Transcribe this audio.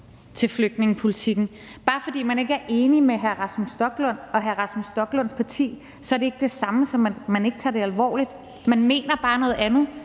til flygtningepolitikken. Bare fordi man ikke er enig med hr. Rasmus Stoklund og hr. Rasmus Stoklunds parti, er det ikke det samme, som at man ikke tager det alvorligt. Man mener bare noget andet.